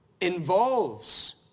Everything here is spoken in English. involves